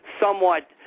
somewhat